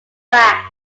back